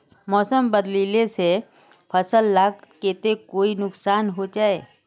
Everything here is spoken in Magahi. मौसम बदलिले से फसल लार केते कोई नुकसान होचए?